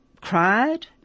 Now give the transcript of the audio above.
cried